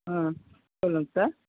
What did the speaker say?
ஆ சொல்லுங்க சார்